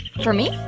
for me?